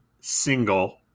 single